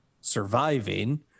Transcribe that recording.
surviving